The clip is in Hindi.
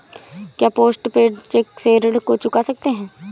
क्या पोस्ट पेड चेक से ऋण को चुका सकते हैं?